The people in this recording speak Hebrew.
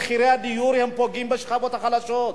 מחירי הדיור פוגעים בשכבות החלשות,